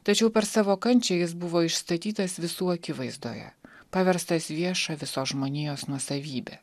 tačiau per savo kančią jis buvo išstatytas visų akivaizdoje paverstas vieša visos žmonijos nuosavybe